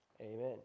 Amen